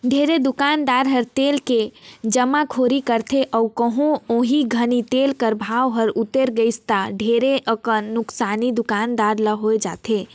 ढेरे दुकानदार ह तेल के जमाखोरी करथे अउ कहों ओही घनी तेल कर भाव हर उतेर गइस ता ढेरे अकन नोसकानी दुकानदार ल होए जाथे